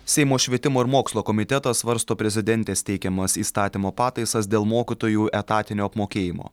seimo švietimo ir mokslo komitetas svarsto prezidentės teikiamas įstatymo pataisas dėl mokytojų etatinio apmokėjimo